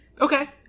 Okay